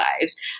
lives